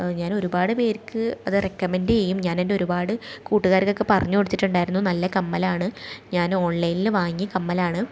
ഞാൻ ഒരുപാട് പേർക്ക് അത് റെക്കമെൻ്റ് ചെയ്യും ഞാൻ എൻ്റെ ഒരുപാട് കൂട്ടുകാർകൊക്കെ പറഞ്ഞോട്ത്തിട്ടുണ്ടാരുന്നു നല്ല കമ്മലാണ് ഞാൻ ഓൺലൈനിൽ വാങ്ങിയ കമ്മലാണ്